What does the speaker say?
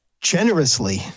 generously